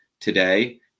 today